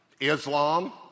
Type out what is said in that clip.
Islam